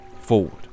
Forward